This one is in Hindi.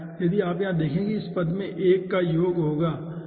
यदि आप यहां देखें तो यह इस पद में 1 का योग होगा ठीक है